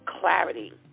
clarity